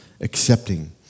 accepting